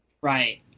Right